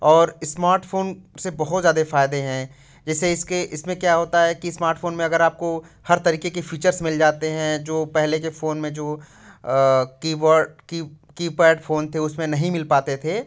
और smart phone से बहुत ज़्यादा फ़ायदे हैं जैसे इसके इसमें क्या होता है कि इस्मार्ट फ़ोन में अगर आपको हर तरीके के फ़ीचर्स मिल जाते हैं जो पहले के फ़ोन में जो कीवर्ड की कीपैड फ़ोन थे उसमें नहीं मिल पाते थे